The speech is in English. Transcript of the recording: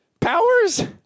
Powers